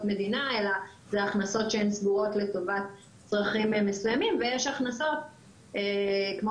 מדינה אלא אלה הכנסות שסגורות לטובת צרכים מסוימים ויש הכנסות כמו